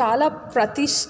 చాలా ప్రతి